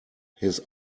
his